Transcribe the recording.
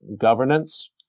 governance